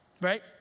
right